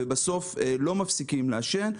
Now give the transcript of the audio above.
ובסוף לא מפסיקים לעשן.